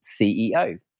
CEO